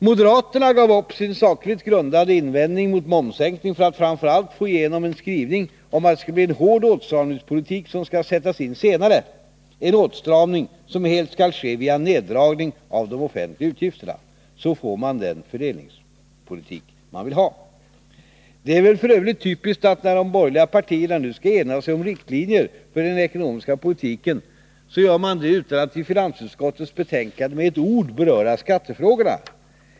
Moderaterna gav upp sin sakligt grundade invändning mot momssänkning för att framför allt få igenom en skrivning om att det skall bli hård åtstramningspolitik som skall sättas in senare, en åtstramning som helt skall ske via neddragning av de offentliga utgifterna. Så får man den fördelningspolitik man vill ha. Det är väl f. ö. typiskt att när de borgerliga partierna nu skall ena sig om riktlinjer för den ekonomiska politiken, så gör man det utan att i finansutskottets betänkande med ett ord beröra skattefrågorna.